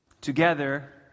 Together